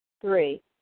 Three